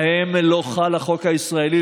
שבהם לא חל החוק הישראלי,